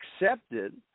accepted